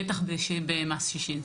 בטח במס שישינסקי.